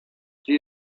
gdzie